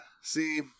See